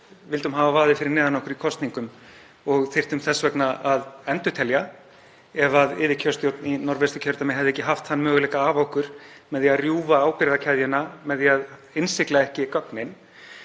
vildum hafa vaðið fyrir neðan okkur í kosningum og þyrftum þess vegna að endurtelja, ef yfirkjörstjórn í Norðvesturkjördæmi hefði ekki haft þann möguleika af okkur með því að rjúfa ábyrgðarkeðjuna með því að innsigla ekki gögnin.